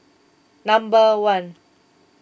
number one